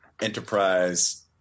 enterprise